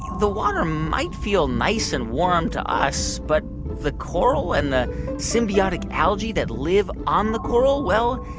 the water might feel nice and warm to us, but the coral and the symbiotic algae that live on the coral well,